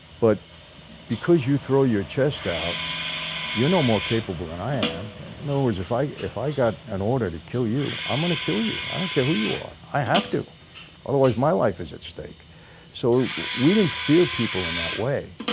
but because you throw your chest out you're no more capable and than i am in other words if i if i got an order to kill you i'm gonna kill you. i don't care who you are. i have to otherwise my life is at stake so we didn't fear people in that way,